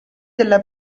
della